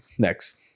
Next